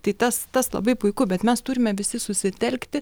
tai tas tas labai puiku bet mes turime visi susitelkti